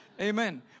Amen